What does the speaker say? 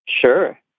Sure